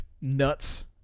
nuts